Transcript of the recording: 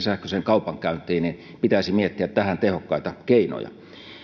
sähköisen kaupankäynnin suuntaan niin pitäisi miettiä tähän tehokkaita keinoja